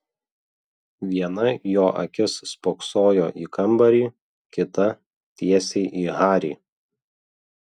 viena jo akis spoksojo į kambarį kita tiesiai į harį